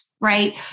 right